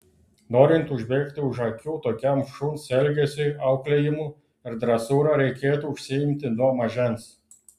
norint užbėgti už akių tokiam šuns elgesiui auklėjimu ir dresūra reikėtų užsiimti nuo mažens